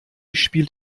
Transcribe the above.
spielt